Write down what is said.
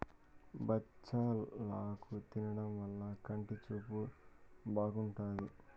బచ్చలాకు తినడం వల్ల కంటి చూపు బాగుంటాది